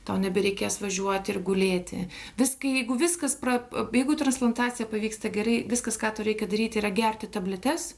tau nebereikės važiuoti ir gulėti vis kai jeigu viskas pra jeigu transplantacija pavyksta gerai viskas ką tau reikia daryti yra gerti tabletes